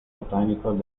botánico